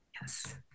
Yes